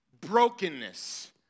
brokenness